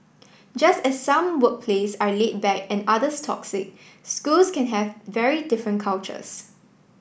just as some workplaces are laid back and others toxic schools can have very different cultures